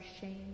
shame